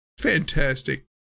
fantastic